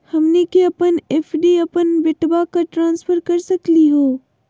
हमनी के अपन एफ.डी अपन बेटवा क ट्रांसफर कर सकली हो?